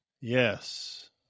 Yes